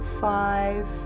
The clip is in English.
five